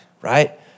right